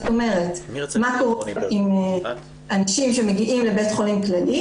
מה קורה עם אנשים שמגיעים לבית חולים כללי